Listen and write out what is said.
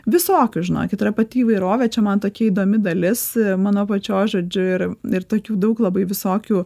visokių žinokit yra pati įvairovė čia man tokia įdomi dalis mano pačios žodžiu ir ir tokių daug labai visokių